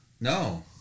No